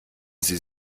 sie